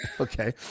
Okay